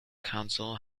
council